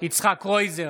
יצחק קרויזר,